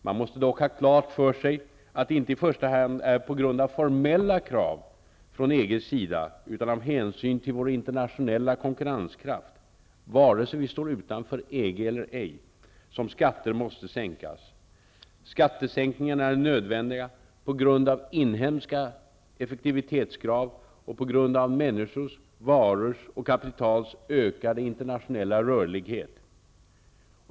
Man måste dock ha klart för sig att det inte i första hand är på grund av formella krav från EG:s sida utan av hänsyn till vår internationella konkurrenskraft -- vare sig vi står utanför EG eller ej -- som skatter måste sänkas. Skattesänkningarna är nödvändiga på grund av inhemska effektivitetskrav och på grund av människors, varors och kapitals ökade internationella rörlighet.